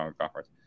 conference